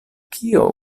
kio